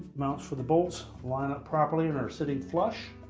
mounts for the bolts line up properly and are sitting flush.